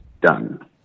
done